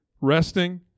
resting